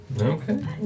Okay